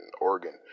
Oregon